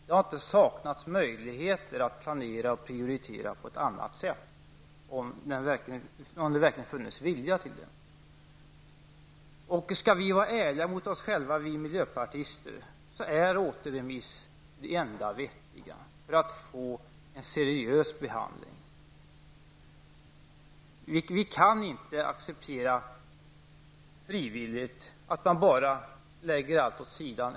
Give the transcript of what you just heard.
Det har inte saknats möjligheter att planera och prioritera på ett annat sätt om det verkligen funnit en vilja till det. Om vi miljöpartister skall vara ärliga mot oss själva, är återremiss det enda vettiga för att få en seriös behandling. Vi kan inte frivilligt acceptera att man än en gång lägger allt åt sidan.